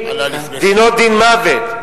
דינו דין מוות,